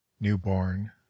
new-born